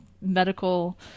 medical